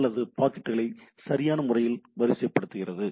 அல்லது பாக்கெட்டுகளை சரியான முறையில் வரிசைபடுத்துகிறது